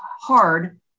hard